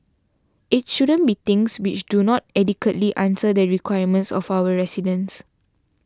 it shouldn't be things which do not adequately answer the requirements of our residents